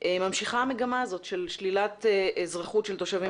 ממשיכה המגמה הזאת של שלילת אזרחות של תושבים